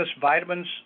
vitamins